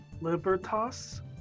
libertas